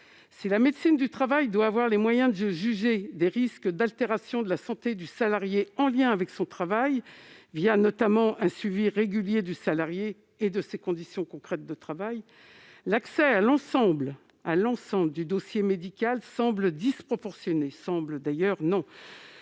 Si la médecine du travail doit avoir les moyens de juger des risques d'altération de la santé du salarié en lien avec son travail, notamment un suivi régulier du salarié et de ses conditions concrètes de travail, l'accès à l'ensemble du dossier médical serait disproportionné